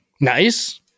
Nice